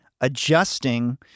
adjusting